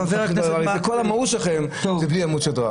חה"כ מקלב --- כל המהות שלכם זה בלי עמוד שדרה.